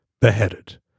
beheaded